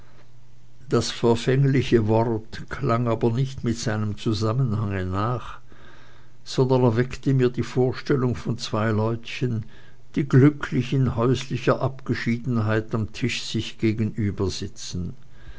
das verfängliche wort klang aber nicht mit seinem zusammenhange nach sondern erweckte mir die vorstellung von zwei leutchen die glücklich in häuslicher abgeschlossenheit am tische sich